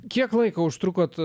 kiek laiko užtrukote